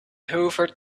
hoovered